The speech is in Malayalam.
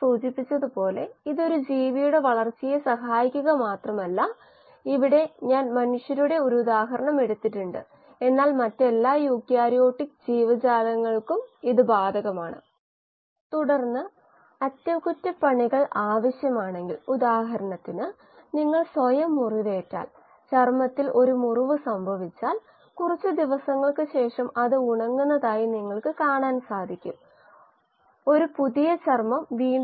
3പൂർത്തിയാക്കാൻ കഴിയും